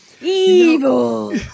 Evil